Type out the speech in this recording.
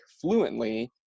fluently